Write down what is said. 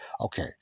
Okay